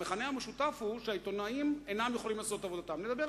המכנה המשותף הוא שהעיתונאים אינם יכולים לעשות את עבודתם.